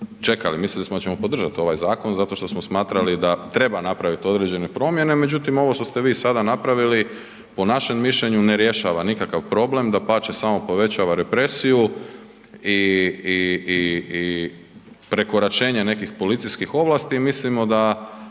čekali, mislili smo da ćemo podržati ovaj zakon zato što smo smatrali da treba napravit određene promjene, međutim ovo što ste vi sada napravili, po našem mišljenju, ne rješava nikakav problem, dapače samo povećava represiju i, i, i, i prekoračenje nekih policijskih ovlasti, mislimo da,